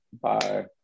Bye